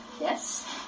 Yes